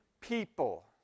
people